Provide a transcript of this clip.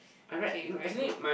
okay very good